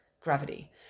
gravity